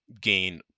gain